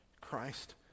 Christ